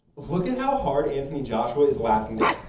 look at how hard anthony joshua is laughing there.